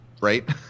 right